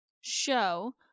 show